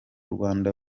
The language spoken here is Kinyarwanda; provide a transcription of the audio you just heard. rwanda